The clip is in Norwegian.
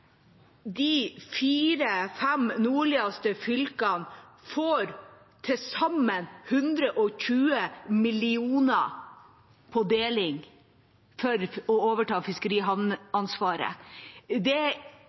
De fire-fem nordligste fylkene får til sammen 120 mill. kr på deling for å overta fiskerihavnansvaret. Det